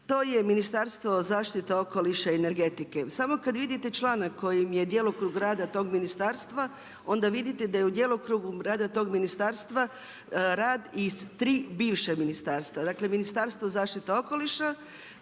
to je Ministarstvo zaštite okoliša i energetike. Samo kad vidite članak kojim je djelokrug rada tog ministarstva onda vidite da je u djelokrugu rada tog ministarstva rad iz tri bivša ministarstva. Dakle Ministarstvo zaštite okoliša,